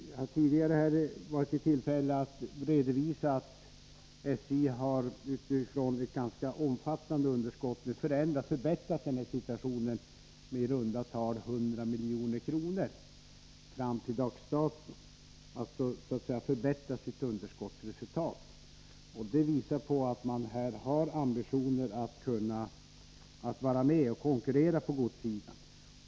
Jag har tidigare haft tillfälle att redovisa att SJ, från ett ganska omfattande underskott, har förbättrat situationen med i runda tal 100 milj.kr. fram till dags dato. Man har alltså förbättrat sitt underskottsresultat. Detta visar att SJ har ambitioner att konkurrera på godssidan.